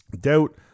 Doubt